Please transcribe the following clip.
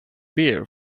beer